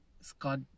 Scott